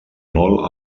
molt